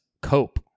cope